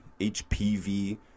HPV